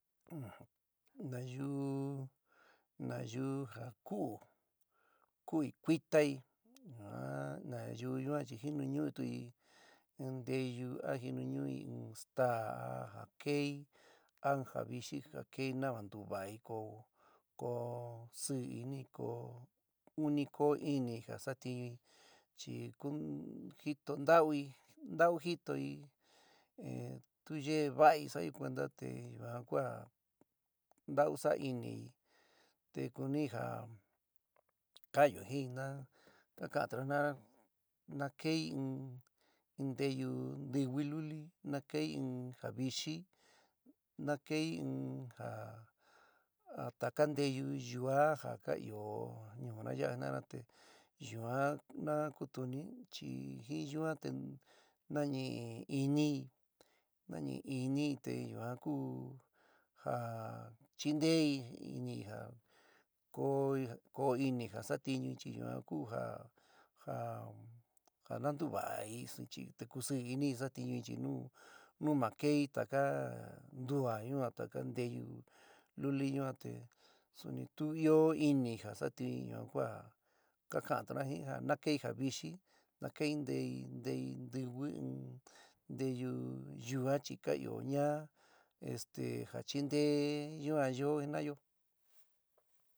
Nayuú, nayuú ja ku'u, ku'uí, kuítai yuan nayú yuan chi jinuñu'utuí in nteyu, a jinuñuí in staá a ja kei a in vɨxɨ ja kei nava ntuvaí ko ko sɨɨ inií. koó uni koó inií ja satiun'í, chi jito ntauí ntau jitoi, tu yeé vai sa'ayo kuenta te yuan kua ntau saa iniií te kunií ja ka'anyo jií na ka kantuna jinaana na kei in in nteyu ntɨvɨ luli, na kei in ja vixɨ, na kei in ja taka nteyu yuá ja ka ɨó ñuúna ya'a jinna'ana te yuan na kútuni chi jin yuan te naniɨ inií, naniɨ innií te yuán ku ja chinteí ɨnɨ jaa ko ko ini ja satiun chi yuan ku ja ja nantuvaí te kusiɨ iniií satiun'í chi tu nu ma keí taka ndua yuan taka nteyu luli ñua te suni tu ɨó inɨ ja satiún yuan ka ka'antuna jin ja na keí ja vixɨ, na kei ntei, ntei ntɨvɨ, nteyu yuaá chi ka ɨó ñaá esté ja chinteé yuan yo jinna'ayo.